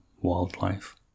wildlife